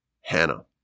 Hannah